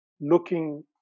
looking